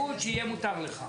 --- שיהיה מותר לך.